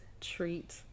treat